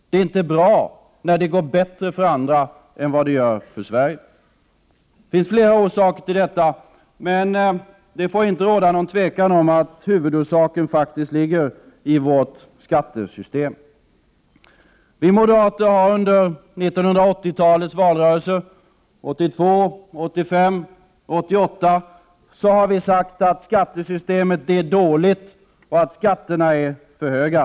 Det är inte bra när det går bättre för andra länder än för Sverige. Det finns flera orsaker till detta, men det får inte råda något tvivel om att huvudorsaken faktiskt ligger i vårt skattesystem. Vi moderater har under 80-talets valrörelser — 1982, 1985 och 1988 — sagt att skattesystemet är dåligt och att skatterna är för höga.